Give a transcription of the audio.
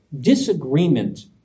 disagreement